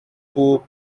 pour